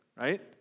right